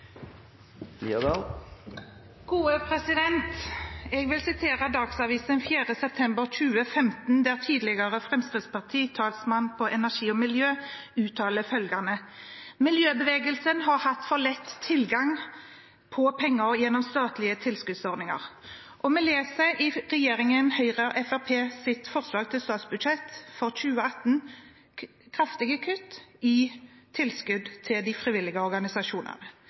miljø uttaler følgende: «Miljøbevegelsen har hatt for enkel tilgang på penger igjennom den statlige tilskuddsordningen.» Og vi leser i regjeringens, Høyre og Fremskrittspartiets, forslag til statsbudsjett for 2018 om kraftige kutt i tilskudd til de frivillige organisasjonene.